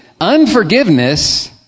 unforgiveness